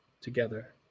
together